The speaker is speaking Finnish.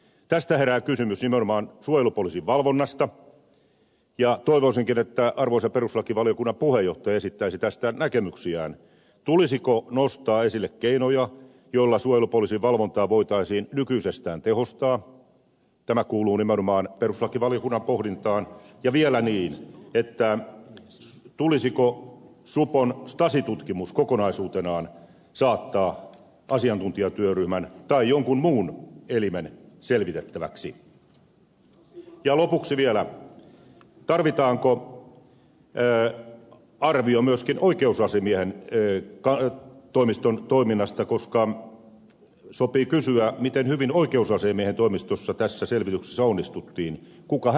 tässä herää kysymys nimenomaan suojelupoliisin valvonnasta ja toivoisinkin että arvoisa perustuslakivaliokunnan puheenjohtaja esittäisi tästä näkemyksiään tulisiko nostaa esille keinoja joilla suojelupoliisin valvontaa voitaisiin nykyisestään tehostaa tämä kuuluu nimenomaan perustuslakivaliokunnan pohdintaan ja vielä siitä tulisiko supon stasi tutkimus kokonaisuutenaan saattaa asiantuntijatyöryhmän tai jonkun muun elimen selvitettäväksi ja lopuksi vielä tarvitaanko arvio myöskin oikeusasiamiehen toimiston toiminnasta koska sopii kysyä miten hyvin oikeusasiamiehen toimistossa tässä selvityksessä onnistuttiin kuka häntä valvoo